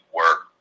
work